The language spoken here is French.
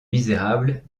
misérables